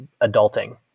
adulting